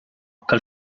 que